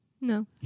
No